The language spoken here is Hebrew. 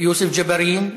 יוסף ג'בארין,